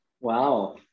Wow